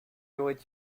aurait